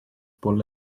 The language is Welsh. bwled